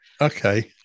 Okay